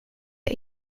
der